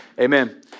Amen